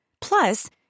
Plus